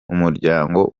umuryango